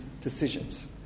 Decisions